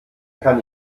kann